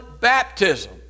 baptism